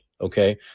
okay